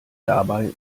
dabei